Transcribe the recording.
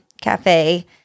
Cafe